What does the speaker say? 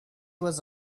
was